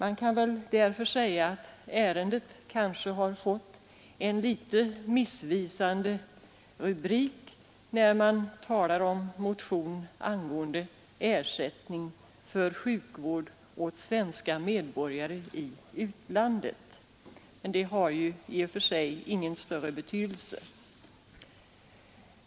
Man kan väl därför säga att ärendet kanske har fått en litet missvisande rubrik, när det talas om ”motion angående ersättningen för sjukvård åt svenska medborgare i utlandet”. Men det har i och för sig ingen större betydelse.